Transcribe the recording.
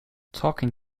talking